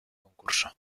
concurso